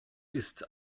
ist